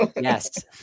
Yes